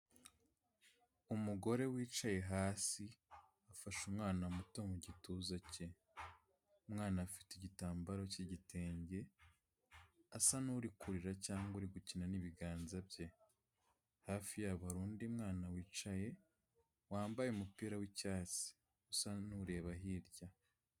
Umugore wicaye hasi afashe umwana muto mu gituza ke. Umwana afite igitambaro cy'igitenge asa n'uri kurira cyangwa uri gukina n'ibiganza bye. Hafi yabo hari undi mwana wicaye wambaye umupira w'icyatsi usa n'ureba hirya.